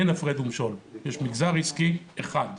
אין הפרד ומשול, יש מגזר עסקי אחד.